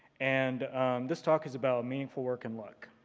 and this talk is about meaningful work and luck.